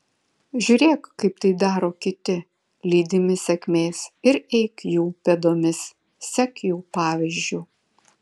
žiūrėk kaip tai daro kiti lydimi sėkmės ir eik jų pėdomis sek jų pavyzdžiu